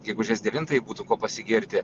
gegužės devintajai būtų kuo pasigirti